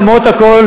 תאמין לי,